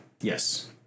yes